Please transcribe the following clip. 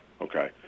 Okay